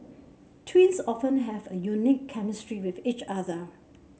twins often have a unique chemistry with each other